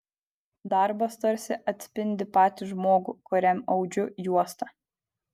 darbas tarsi atspindi patį žmogų kuriam audžiu juostą